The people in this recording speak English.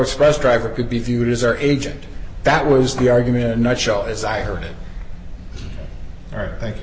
express driver could be viewed as our agent that was the argument nutshell as i heard it or thank you